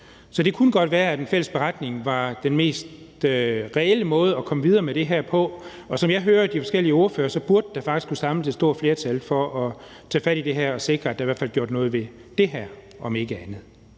Så det kunne godt være, at en fælles beretning er den mest reelle måde at komme videre med det her på, og som jeg hører de forskellige ordførere, burde der faktisk kunne samles et stort flertal for at tage fat på det her og sikre, at der i hvert fald bliver gjort noget ved det her, om ikke andet.